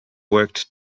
worked